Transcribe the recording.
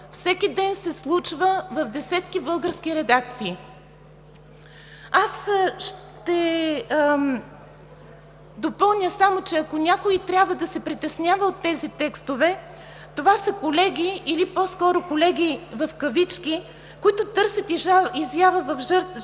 всеки ден се случва в десетки български редакции. Ще допълня само, че ако някой трябва да се притеснява от тези текстове, това са колеги или по-скоро колеги в кавички, които търсят изява в жълтия